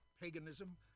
paganism